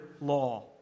law